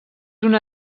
una